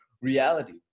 reality